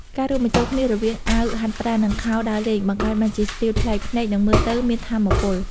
ការរួមបញ្ចូលគ្នារវាងអាវហាត់ប្រាណ និងខោដើរលេងបង្កើតបានជាស្ទីលប្លែកភ្នែកនិងមើលទៅមានថាមពល។